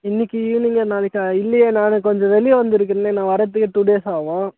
இன்றைக்கி ஈவ்னிங்கு நாளைக்கா இல்லையே நான் கொஞ்சம் வெளியே வந்திருக்கிறேனே நான் வரதுக்கு டூ டேஸ் ஆகும்